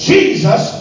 Jesus